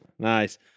Nice